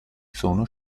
sono